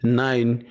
nine